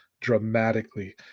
dramatically